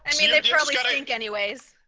and mean like charlie but rink anyways,